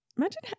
Imagine